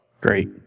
great